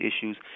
issues